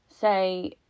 say